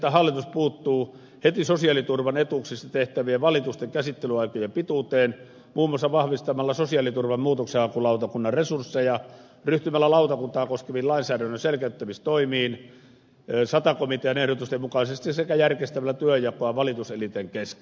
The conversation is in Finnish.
että hallitus puuttuu heti sosiaaliturvan etuuksista tehtävien valitusten käsittelyaikojen pituuteen muun muassa vahvistamalla sosiaaliturvan muutoksenhakulautakunnan resursseja ryhtymällä lautakuntaa koskeviin lainsäädännön selkeyttämistoimiin sata komitean ehdotusten mukaisesti sekä järkeistämällä työnjakoa valitus elinten kesken